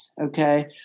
okay